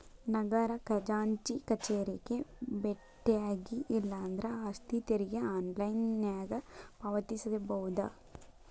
ನಗರ ಖಜಾಂಚಿ ಕಚೇರಿಗೆ ಬೆಟ್ಟ್ಯಾಗಿ ಇಲ್ಲಾಂದ್ರ ಆಸ್ತಿ ತೆರಿಗೆ ಆನ್ಲೈನ್ನ್ಯಾಗ ಪಾವತಿಸಬೋದ